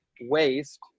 waste